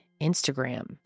Instagram